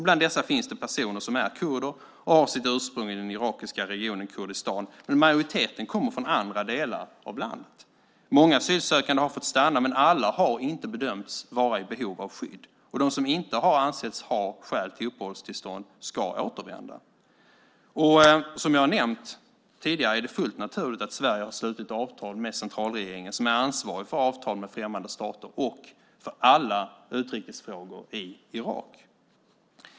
Bland dessa finns det personer som är kurder och har sitt ursprung i den irakiska regionen Kurdistan, men majoriteten kommer från andra delar av landet. Många asylsökande har fått stanna, men alla har inte bedömts vara i behov av skydd. Och de som inte har ansetts ha skäl till uppehållstillstånd ska återvända. Som jag nämnt tidigare är det fullt naturligt att Sverige har slutit avtal med centralregeringen som är ansvarig för avtal med främmande stater och för alla utrikesfrågor i Irak.